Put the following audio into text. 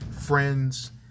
friends